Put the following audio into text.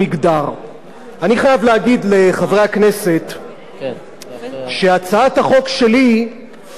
אני חייב להגיד לחברי הכנסת שהצעת החוק שלי דווקא שואבת